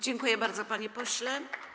Dziękuję bardzo, panie pośle.